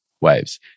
waves